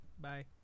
Bye